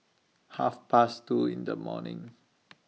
Half Past two in The morning